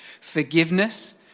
forgiveness